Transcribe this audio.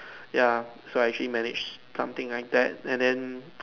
ya so I actually manage something like that and then